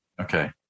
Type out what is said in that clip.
Okay